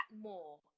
more